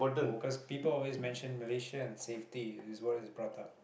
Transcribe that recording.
the workers people always mention Malaysia and safety it is what is brought up